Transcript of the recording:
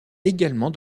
également